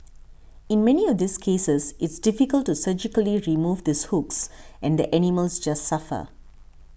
in many of these cases it's difficult to surgically remove these hooks and the animals just suffer